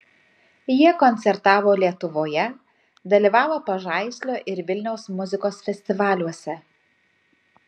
jie koncertavo lietuvoje dalyvavo pažaislio ir vilniaus muzikos festivaliuose